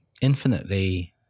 Infinitely